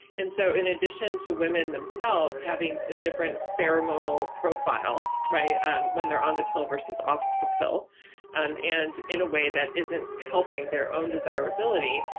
and so in addition to women themselves having ah different pheromonal profile um when they're on the pill versus off the pill and and in a way that isn't helping their own desirability,